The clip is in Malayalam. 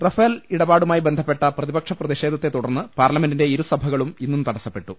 റഫേൽ ഇടപാടുമായി ബന്ധപ്പെട്ട പ്രതിപക്ഷ പ്രതിഷേധത്തെ തുടർന്ന് പാർലമെന്റിന്റെ ഇരുസഭകളും ഇന്നും തടസ്സപ്പെട്ടു